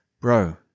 bro